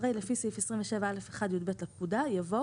אחרי "לפי סעיף 27א1(יב) לפקודה" יבוא